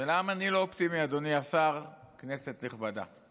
ולמה אני לא אופטימי, אדוני השר, כנסת נכבדה?